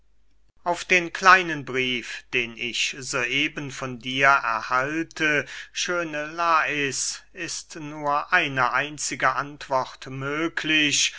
auf den kleinen brief den ich so eben von dir erhalte schöne lais ist nur eine einzige antwort möglich